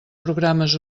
programes